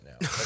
now